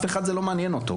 זה לא מעניין אף אחד.